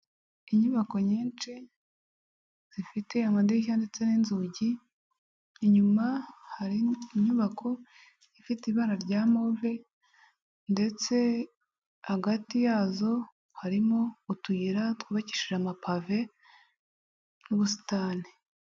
Inyubako nyinshi zifite amadirishya ndetse n'inzugi, inyuma hari inyubako ifite ibara rya move ndetse hagati yazo harimo utuyira twubakishije amapave n'ubusitani